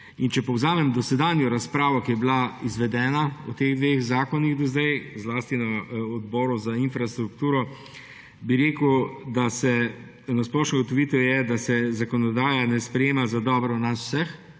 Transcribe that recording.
Če povzamem dosedanjo razpravo, ki je bila izvedena o teh dveh zakonih, zlasti na odboru za infrastrukturo, je ena splošna ugotovitev, da se zakonodaja ne sprejema za dobro nas vseh